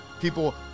people